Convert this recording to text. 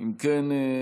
אם כן,